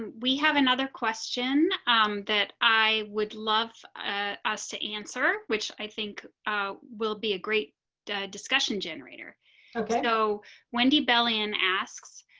we have another question um that i would love and us to answer, which i think will be a great discussion generator know wendy belin asks,